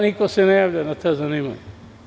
Niko se ne javlja za ta zanimanja.